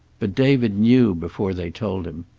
but david knew before they told him.